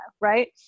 Right